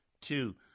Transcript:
two